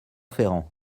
ferrand